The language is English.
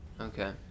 Okay